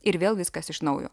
ir vėl viskas iš naujo